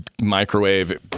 Microwave